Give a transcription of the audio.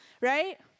Right